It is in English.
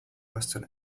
western